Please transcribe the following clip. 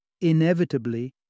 inevitably